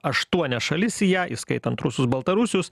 aštuonias šalis į ją įskaitant rusus baltarusius